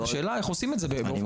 השאלה איך עושים את זה באופן אחראי.